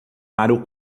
aro